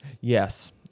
Yes